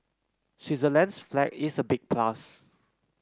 Switzerland's flag is a big plus